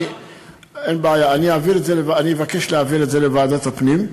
אני אבקש להעביר את הנושא הזה לוועדת הפנים.